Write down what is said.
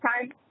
time